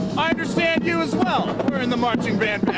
i understand you as well were in the marching ban